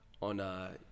on